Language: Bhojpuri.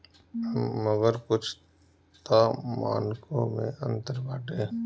मगर कुछ तअ मानको मे अंतर बाटे